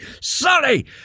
sorry